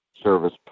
Service